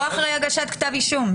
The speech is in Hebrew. לא אחרי הגשת כתב אישום.